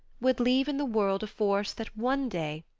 would leave in the world a force that one day,